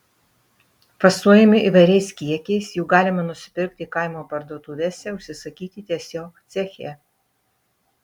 fasuojami įvairiais kiekiais jų galima nusipirkti kaimo parduotuvėse užsisakyti tiesiog ceche